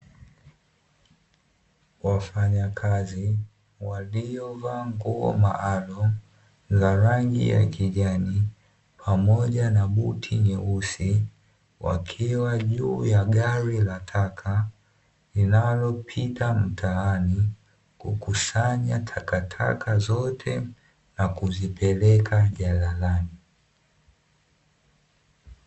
Wafanyakazi waliovaa nguo maalumu za rangi ya kijani, pamoja na buti nyeusi wakiwa juu ya gari la taka linalopita mtaani, kukusanya takataka zote na kuzipeleka jalalani.